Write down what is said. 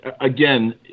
again